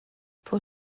for